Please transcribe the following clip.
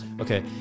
Okay